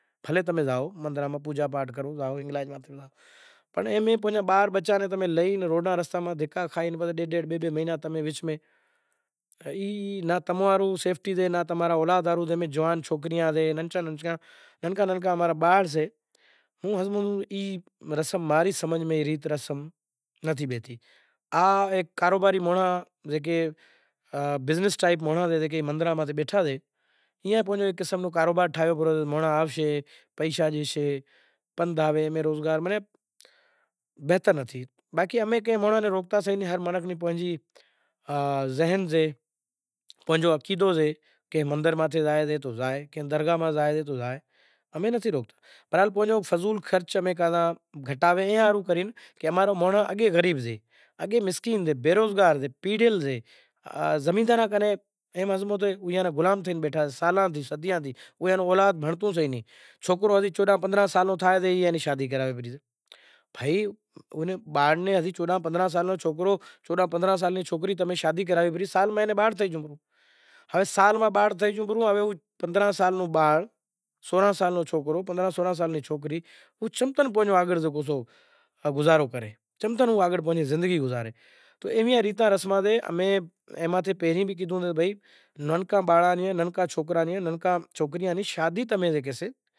ستجگ ماں زے مانڑو مرتو تو اینا جنگل ماں فگائی آوتا جنگل ماں فگائی آوتا رہتا تو اماں را سنت تھا مہاپرش تھیا تو ایئاں ویچار کریا کہ اینو کوئی طور طریقو کرو تو ائیاں شوں کریو کہ سوچ ویچار کریو کہ آ کام ٹھیک نتھی غلط سے پسے مہاتما ایوو ویچار کاڈھیو سماج ماں ایوی وات لائی کہ بھائی آز تھی کری عام مانڑو نیں جنگل ماں نہ پھگائی ائو ہوے اینے پانڑی نے حوالے کرو، جل نے حوالے کریو زائے پسے ایئاں شوں کریو کہ زے پسے کوئی مانڑاو مری زاتو تو پسے جل نے حوالے کریو پسے ای ست یگ گزریو آیو تریتا یگ تو تریتا یگ ماں پانڑی ماں پھگاوا ناں ڈیا تو مانڑاں ویچار کریو کہ پانڑی ماں بھی جیت جناور سے انے مانڑاں نیں پانڑی میں پھگائی آلاں تو آپاں ماں انسانیت نو کوئی وجود ناں بنڑیو انسان تو مہاں سے تو پسے ای تریترا یگ ماں وری ای سنت لوگ